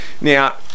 Now